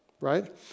right